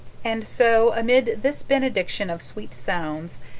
and so, amid this benediction of sweet sounds,